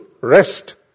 rest